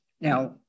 Now